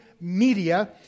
media